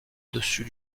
dessus